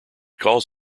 calls